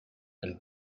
and